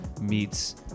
meets